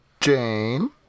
Jane